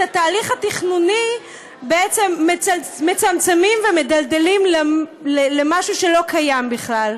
את התהליך התכנוני בעצם מצמצמים ומדלדלים למשהו שלא קיים בכלל,